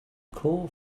core